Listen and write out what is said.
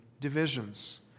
divisions